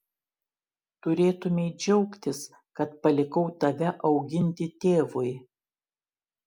turėtumei džiaugtis kad palikau tave auginti tėvui